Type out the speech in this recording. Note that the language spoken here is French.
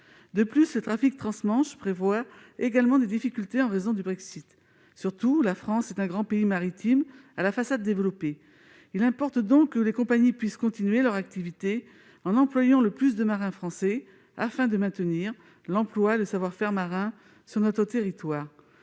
et le trafic transmanche va subir des turbulences supplémentaires en raison du Brexit. La France est un grand pays maritime, à la façade développée. Il importe que les compagnies puissent continuer leur activité en employant le plus de marins français afin de maintenir l'emploi et le savoir-faire marin sur notre territoire